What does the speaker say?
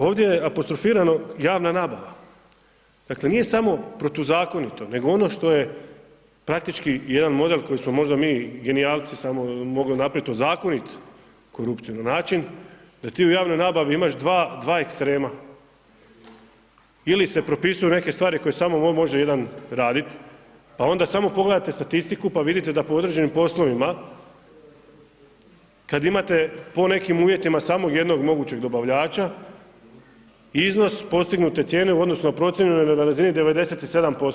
Ovdje je apostrofirano javna nabava, dakle nije samo protuzakonito nego ono što je praktički jedan model koji smo možda mi genijalci samo mogli napravit, ozakonit korupciju na način da ti u javnoj nabavi imaš dva ekstrema ili se propisuju neke stvari koje samo može jedan radit, pa onda samo pogledajte statistiku pa vidite da po određenim poslovima, kad imate po nekim uvjetima samo jednog mogućeg dobavljača, iznos postignute cijene u odnosu na procjenu je na razini 97%